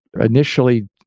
initially